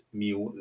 meal